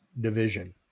division